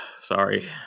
Sorry